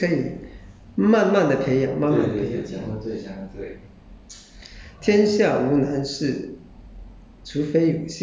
but 这些东西可以培养的 speaking ability 可以就是可以慢慢地培养慢慢地培养